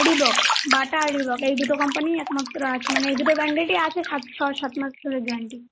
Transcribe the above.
Reebok Bata আর Reebok এই দুটো কম্পানিই একমাত্র আছে মানে এই দুটো ব্র্যান্ডেডই আছে সাত ছ সাত মাস মাস ধরে গ্যারান্টি